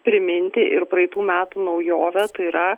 priminti ir praeitų metų naujovę tai yra